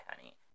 honey